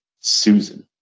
Susan